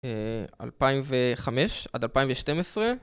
אה... 2005 עד 2012